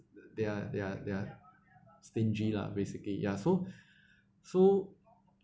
they are they are they are stingy lah basically ya so so